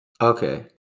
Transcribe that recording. Okay